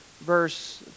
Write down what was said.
verse